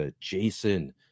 Jason